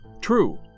true